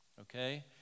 okay